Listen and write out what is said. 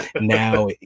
now